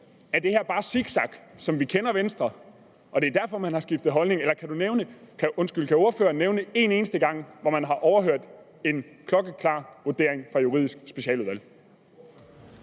om det her bare er zigzag, som vi kender det fra Venstre, og at det er derfor, man har skiftet holdning. Kan ordføreren nævne en eneste gang, hvor man har overhørt en klokkeklar vurdering fra Juridisk Specialudvalg?